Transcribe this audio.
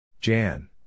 Jan